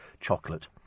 chocolate